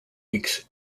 weeks